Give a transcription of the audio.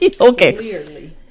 Okay